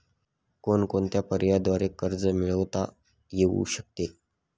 कोणकोणत्या पर्यायांद्वारे कर्ज मिळविता येऊ शकते?